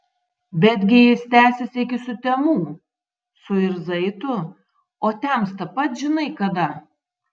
betgi jis tęsis iki sutemų suirzai tu o temsta pats žinai kada